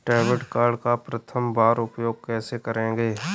Debit card का प्रथम बार उपयोग कैसे करेंगे?